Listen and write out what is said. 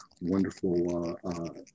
wonderful